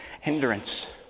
hindrance